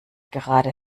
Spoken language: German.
gerade